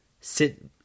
Sit